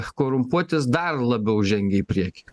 korumpuotis dar labiau žengia į priekį